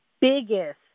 biggest –